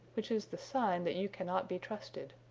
which is the sign that you cannot be trusted.